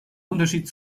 unterschied